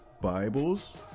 Bibles